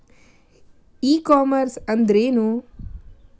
E commerce ಅಂದ್ರೇನು?